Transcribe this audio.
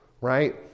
right